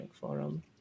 Forum